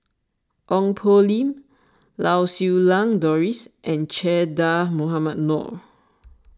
Ong Poh Lim Lau Siew Lang Doris and Che Dah Mohamed Noor